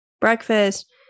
breakfast